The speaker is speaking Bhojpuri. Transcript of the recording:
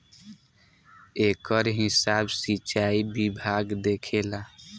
एकर हिसाब सिचाई विभाग देखेला